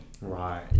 right